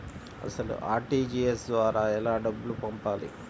అసలు అర్.టీ.జీ.ఎస్ ద్వారా ఎలా డబ్బులు పంపాలి?